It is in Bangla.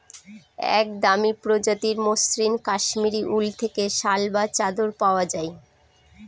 এক দামি প্রজাতির মসৃন কাশ্মীরি উল থেকে শাল বা চাদর পাওয়া যায়